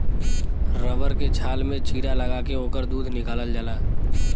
rubber के छाल में चीरा लगा के ओकर दूध निकालल जाला